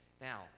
Now